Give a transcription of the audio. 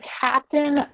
captain